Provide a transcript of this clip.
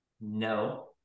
No